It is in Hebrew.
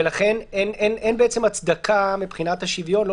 ולכן אין בעצם הצדקה מבחינת השוויון לא